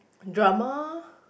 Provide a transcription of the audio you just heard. drama